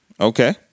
Okay